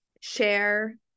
share